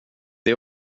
det